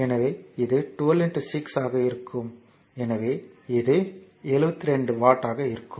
எனவே இது 12 6 ஆக இருக்கும் எனவே இது 72 வாட் ஆக இருக்கும்